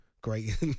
great